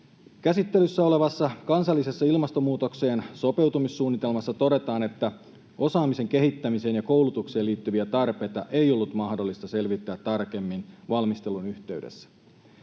Käsittelyssä olevassa kansallisessa ilmastonmuutokseen sopeutumissuunnitelmassa todetaan, että osaamisen kehittämiseen ja koulutukseen liittyviä tarpeita ei ollut mahdollista selvittää tarkemmin valmistelun yhteydessä.